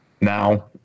Now